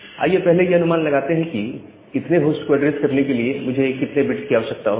आइए पहले यह अनुमान लगाते हैं कि इतने होस्ट को एड्रेस करने के लिए मुझे कितने बिट्स की आवश्यकता होगी